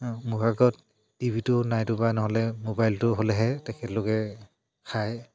মোৰ ভাগত টিভিটো নাইটো বা নহ'লে মোবাইলটো হ'লেহে তেখেতলোকে খায়